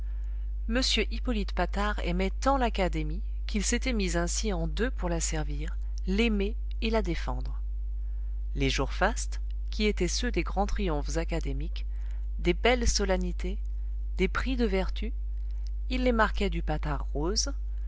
m hippolyte patard aimait tant l'académie qu'il s'était mis ainsi en deux pour la servir l'aimer et la défendre les jours fastes qui étaient ceux des grands triomphes académiques des belles solennités des prix de vertu il les marquait du patard rose